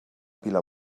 pila